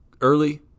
early